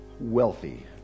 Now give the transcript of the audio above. wealthy